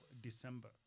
December